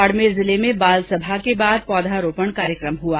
बाड़मेर जिले में बालसभा के बाद पौधारोपण कार्यक्रम हुआ